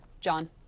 John